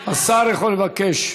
השר יכול לבקש.